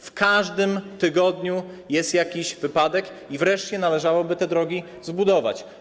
W każdym tygodniu jest na nich jakiś wypadek i wreszcie należałoby te drogi zbudować.